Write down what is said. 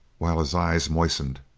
while his eyes moistened